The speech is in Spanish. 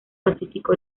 pacífico